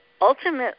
Ultimately